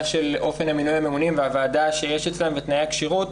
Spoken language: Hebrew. של אופן מינוי הממונים והוועדה שיש אצלם ותנאי הכשירות.